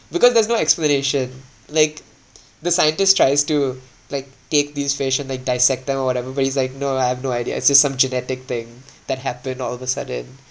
because there's no explanation like the scientist tries to like take these fish and like dissect them or whatever but he's like no lah I have no idea it's just some genetic thing that happened all of a sudden